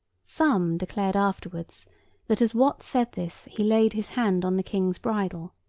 some declared afterwards that as wat said this, he laid his hand on the king's bridle.